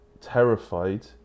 terrified